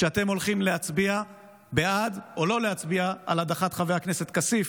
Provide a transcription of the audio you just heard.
כשאתם הולכים להצביע בעד או לא להצביע בעד הדחת חבר הכנסת כסיף,